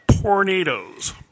tornadoes